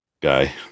guy